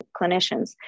clinicians